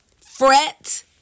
fret